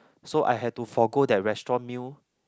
so I had to forgo that restaurant meal